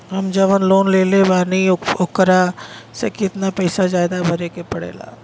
हम जवन लोन लेले बानी वोकरा से कितना पैसा ज्यादा भरे के पड़ेला?